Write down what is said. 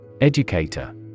Educator